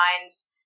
minds